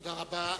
תודה רבה.